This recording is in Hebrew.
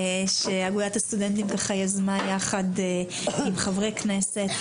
שאגודת הסטודנטים יזמה ביחד עם חברי כנסת.